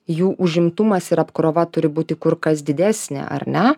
jų užimtumas ir apkrova turi būti kur kas didesnė ar ne